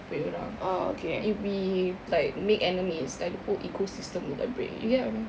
punya orang if we like make enemies then the ecosystem will like break you get what I mean